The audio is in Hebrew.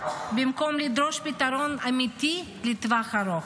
במקום לדרוש פתרון אמיתי לטווח ארוך.